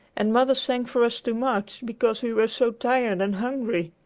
and mother sang for us to march, because we were so tired and hungry.